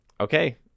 okay